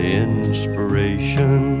inspiration